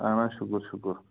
اَہَن حظ شُکُر شُکُر